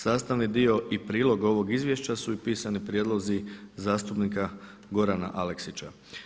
Sastavni dio i prilog ovog izvješća su i pisani prijedlozi zastupnika Gorana Aleksića.